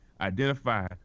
identify